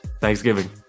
Thanksgiving